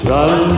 Run